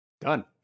Done